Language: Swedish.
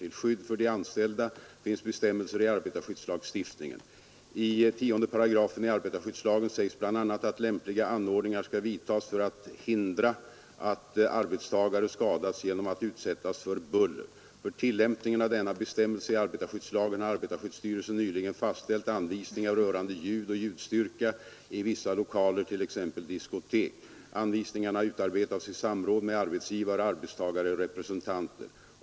Till skydd för de anställda finns bestämmelser i arbetarskyddslagstiftningen. I 10 § i arbetarskyddslagen sägs bl.a. att lämpliga anordningar skall vidtas för att hindra att arbetstagare skadas genom att utsättas för buller. För tillämpningen av denna bestämmelse i arbetarskyddslagen har arbetarskyddsstyrelsen nyligen fastställt anvisningar rörande ljudoch ljusstyrka i vissa lokaler t.ex. diskotek . Anvisningarna har utarbetats i samråd med arbetsgivaroch arbetstagarrepresentanter.